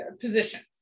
positions